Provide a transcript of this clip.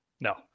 No